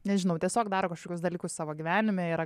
nežinau tiesiog daro kažkokius dalykus savo gyvenime yra